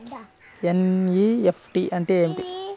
NEFT అంటే ఏమిటీ?